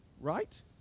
Right